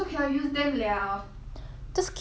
just keep there lah 摆美也是 okay what